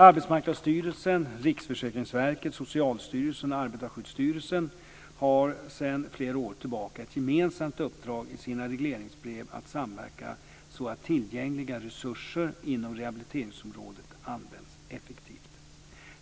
Arbetsmarknadsstyrelsen, Riksförsäkringsverket, Socialstyrelsen och Arbetarskyddsstyrelsen har sedan flera år tillbaka ett gemensamt uppdrag i sina regleringsbrev att samverka så att tillgängliga resurser inom rehabiliteringsområdet används effektivt.